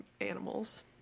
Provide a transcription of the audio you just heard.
animals